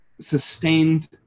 sustained